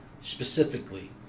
specifically